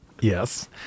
Yes